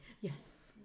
Yes